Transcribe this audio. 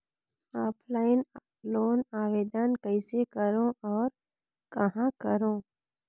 Offline loan आवेदन कइसे करो और कहाँ करो?